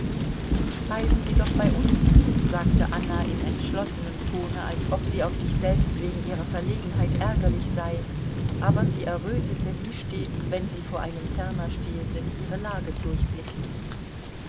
speisen sie doch bei uns sagte anna in entschlossenem tone als ob sie auf sich selbst wegen ihrer verlegenheit ärgerlich sei aber sie errötete wie stets wenn sie vor einem fernerstehenden ihre lage durchblicken ließ